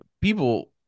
people